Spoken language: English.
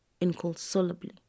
inconsolably